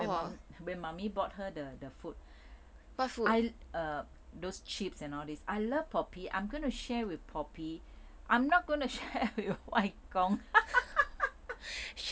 when mummy bought her the the food I err those chips and all this I love poppy I'm going to share with poppy I'm not gonna share with 外公